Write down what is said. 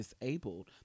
disabled